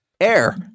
Air